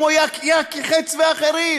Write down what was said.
כמו יקי חץ ואחרים,